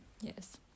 yes